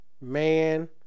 Man